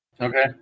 Okay